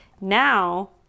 now